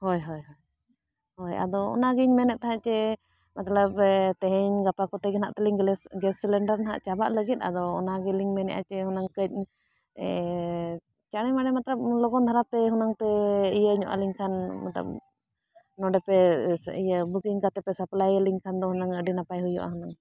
ᱦᱳᱭ ᱦᱳᱭ ᱦᱳᱭ ᱦᱳᱭ ᱟᱫᱚ ᱚᱱᱟᱜᱤᱧ ᱢᱮᱱᱮᱫ ᱛᱟᱦᱮᱸᱜ ᱡᱮ ᱢᱚᱛᱞᱚᱵ ᱛᱮᱦᱮᱧ ᱜᱟᱯᱟ ᱠᱚᱛᱮ ᱜᱮ ᱦᱟᱸᱜ ᱛᱟᱞᱤᱧ ᱜᱮᱞᱮ ᱜᱮᱥ ᱥᱤᱞᱤᱱᱰᱟᱨ ᱱᱟᱦᱟᱸᱜ ᱪᱟᱵᱟᱜ ᱞᱟᱹᱜᱤᱫ ᱟᱫᱚ ᱚᱱᱟᱜᱮᱞᱤᱧ ᱢᱮᱱᱮᱜᱼᱟ ᱡᱮ ᱦᱩᱱᱟᱹᱝ ᱠᱟᱹᱡ ᱪᱟᱬᱮ ᱢᱟᱲᱮ ᱢᱚᱛᱞᱚᱵ ᱞᱚᱜᱚᱱ ᱫᱷᱟᱨᱟ ᱯᱮ ᱦᱩᱱᱟᱹᱝ ᱯᱮ ᱤᱭᱟᱹ ᱧᱚᱜ ᱟᱹᱞᱤᱧ ᱠᱷᱟᱱ ᱢᱚᱛᱞᱚᱵ ᱱᱚᱰᱮ ᱯᱮ ᱤᱭᱟᱹ ᱵᱩᱠᱤᱝ ᱠᱟᱛᱮ ᱯᱮ ᱥᱟᱯᱞᱟᱭ ᱟᱹᱞᱤᱧ ᱠᱷᱟᱱ ᱫᱚ ᱦᱩᱱᱟᱹᱝ ᱟᱹᱰᱤ ᱱᱟᱯᱟᱭ ᱦᱩᱭᱩᱜᱼᱟ ᱦᱩᱱᱟᱹᱝ